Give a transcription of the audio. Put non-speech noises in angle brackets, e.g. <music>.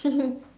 <laughs>